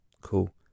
Cool